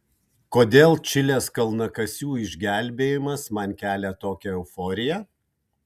kodėl čilės kalnakasių išgelbėjimas man kelia tokią euforiją